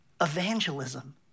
Evangelism